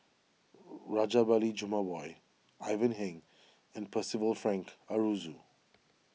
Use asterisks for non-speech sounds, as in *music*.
*hesitation* Rajabali Jumabhoy Ivan Heng and Percival Frank Aroozoo